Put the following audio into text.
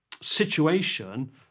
situation